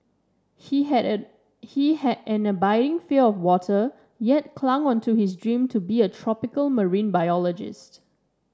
he had an he had an abiding fear of water yet clung on to his dream to be a tropical marine biologist